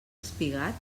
espigat